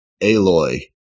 Aloy